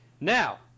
Now